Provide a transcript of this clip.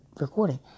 recording